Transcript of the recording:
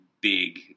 big